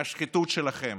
מהשחיתות שלכם,